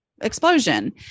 explosion